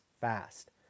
fast